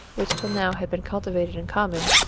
which till now had been cultivated in common,